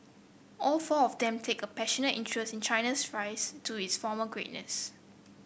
all four of them take a passionate interest in China's rise to its former greatness